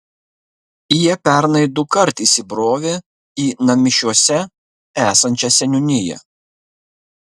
jie pernai dukart įsibrovė į namišiuose esančią seniūniją